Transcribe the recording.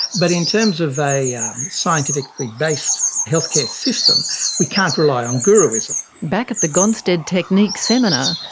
but in terms of a um scientifically-based healthcare system we can't rely on guruism. back at the gonstead technique seminar,